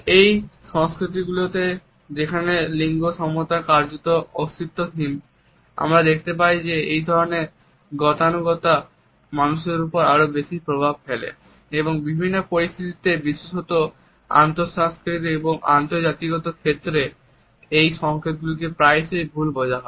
এই সংস্কৃতিগুলিতে যেখানে লিঙ্গ সমতা কার্যত অস্তিত্বহীন আমরা দেখতে পাই যে এই ধরণের গতানুগতিকতা মানুষের উপর আরো বেশি প্রভাব ফেলে এবং বিভিন্ন পরিস্থিতিতে বিশেষত আন্তঃসংস্কৃতিক এবং আন্তঃজাতিগত ক্ষেত্রে এই সংকেতগুলিকে প্রায়শই ভুল বোঝা হয়